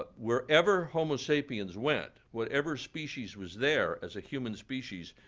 but wherever homo sapiens went, whatever species was there as a human species,